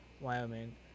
Wyoming